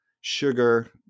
sugar